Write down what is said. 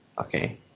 Okay